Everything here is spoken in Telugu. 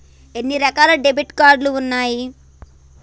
ఎన్ని రకాల డెబిట్ కార్డు ఉన్నాయి?